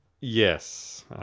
yes